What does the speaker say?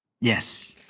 Yes